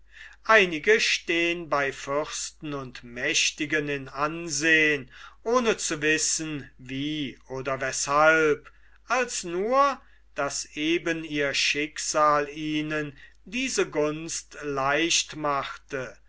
einige stehen bei fürsten und mächtigen in ansehn ohne zu wissen wie oder weshalb als nur daß eben ihr schicksal ihnen diese gunst leicht machte